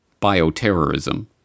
Bioterrorism